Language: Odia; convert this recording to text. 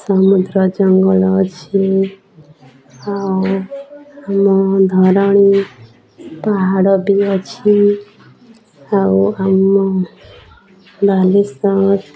ସମୁଦ୍ର ଜଙ୍ଗଲ ଅଛି ଆଉ ଆମ ଧରଣୀ ପାହାଡ଼ ବି ଅଛି ଆଉ ଆମ ବାଲେଶ୍ୱର